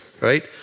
right